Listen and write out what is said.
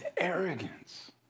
arrogance